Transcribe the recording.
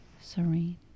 serene